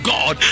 God